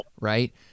right